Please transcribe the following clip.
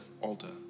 altar